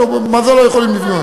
מה זה לא יכולים לבנות?